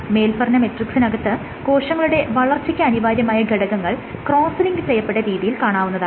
മേല്പറഞ്ഞ മെട്രിക്സിനകത്ത് കോശങ്ങളുടെ വളർച്ചയ്ക്ക് അനിവാര്യമായ ഘടകങ്ങൾ ക്രോസ് ലിങ്ക് ചെയ്യപ്പെട്ട രീതിയിൽ കാണാവുന്നതാണ്